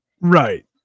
Right